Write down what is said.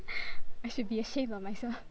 I should be ashamed of myself